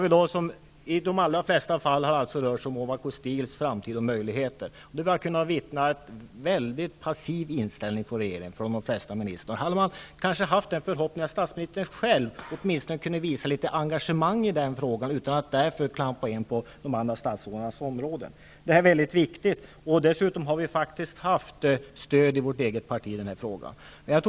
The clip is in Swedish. I de allra flesta fall har det alltså rört sig om Ovako Steels framtida möjligheter, och vi har kunnat bevittna en mycket passiv inställning från regeringen, från de flesta ministrar. Man hade kanske haft den förhoppningen att statsministern själv skulle ha visat litet engagemang i den frågan, utan att därför klampa in på de andra statsrådens områden. Det är mycket viktigt. Dessutom har vi haft stöd i vårt eget parti i den här frågan.